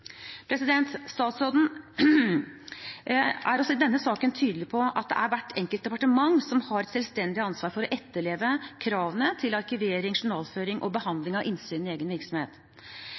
Statsråden er også i denne saken tydelig på at det er hvert enkelt departement som har et selvstendig ansvar for å etterleve kravene til arkivering, journalføring og behandling av innsyn i egen virksomhet.